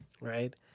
Right